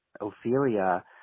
Ophelia